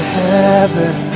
heaven